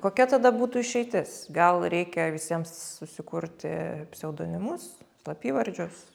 kokia tada būtų išeitis gal reikia visiems susikurti pseudonimus slapyvardžius